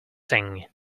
sing